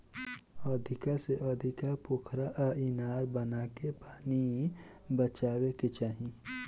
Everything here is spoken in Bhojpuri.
अधिका से अधिका पोखरा आ इनार बनाके पानी बचावे के चाही